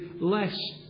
less